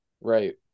Right